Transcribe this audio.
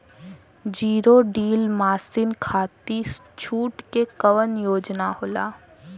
Zero deal मासिन खाती छूट के कवन योजना होला?